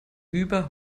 über